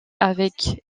avec